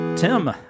Tim